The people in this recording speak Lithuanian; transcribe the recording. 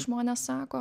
žmonės sako